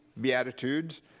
Beatitudes